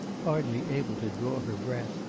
hardly able to draw her breath,